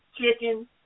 chicken